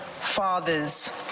fathers